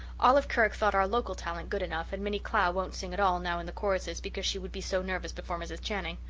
olive kirk thought our local talent good enough and minnie clow won't sing at all now in the choruses because she would be so nervous before mrs. channing.